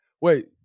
Wait